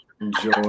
enjoy